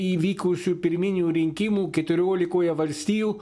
įvykusių pirminių rinkimų keturiolikoje valstijų